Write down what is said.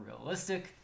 realistic